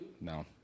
No